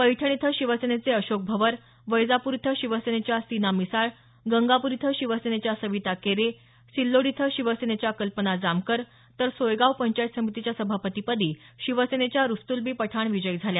पैठण इथं शिवसेनेचे अशोक भवर वैजापूर इथं शिवसेनेच्या सिना मिसाळ गंगापूर इथं शिवसेनेच्या सविता केरे सिल्लोड इथं शिवसेनेच्या कल्पना जामकर तर सोयगाव पंचायत समितीच्या सभापती पदी शिवसेनेच्या रस्तूलबी पठाण विजयी झाल्या